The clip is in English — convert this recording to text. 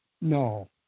No